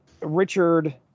richard